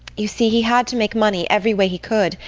you see, he had to make money every way he could,